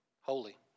Holy